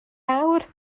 awr